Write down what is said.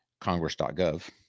congress.gov